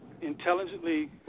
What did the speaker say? intelligently